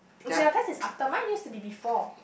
your test is after mine used to be before